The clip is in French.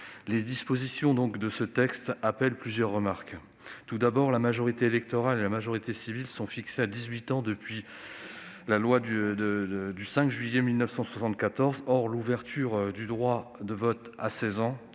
Les dispositions de ce texte appellent plusieurs remarques. Tout d'abord, la majorité électorale et la majorité civile sont fixées à 18 ans depuis la loi du 5 juillet 1974 et l'ouverture du droit de vote à 16 ans